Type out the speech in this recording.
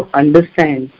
understand